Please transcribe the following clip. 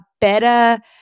better